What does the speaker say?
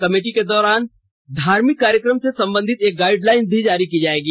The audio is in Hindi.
कमेटी के द्वारा धार्मिक कार्यक्रम से संबंधित एक गाइडलाइन जारी की जाएगी